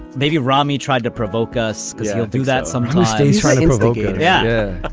maybe romney tried to provoke us because he'll do that some days, right? yeah.